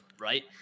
right